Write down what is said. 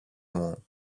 μου